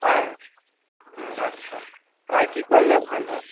আর হুম আচ্ছা আর কী করলে ভালো হয়